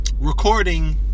recording